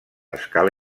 escala